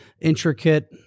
intricate